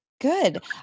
Good